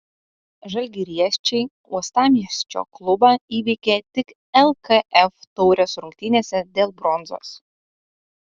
žalgiriečiai uostamiesčio klubą įveikė tik lkf taurės rungtynėse dėl bronzos